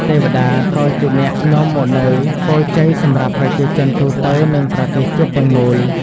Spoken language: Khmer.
ទេវតាក៏ជាអ្នកនាំមកនូវពរជ័យសម្រាប់ប្រជាជនទូទៅ និងប្រទេសជាតិទាំងមូល។